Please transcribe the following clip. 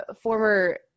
former